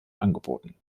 angeboten